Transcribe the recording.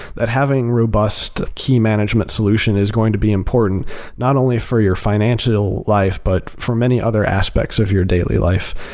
that having robust key management solution is going to be important not only for your financial life, but for many other aspects of your daily life.